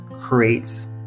creates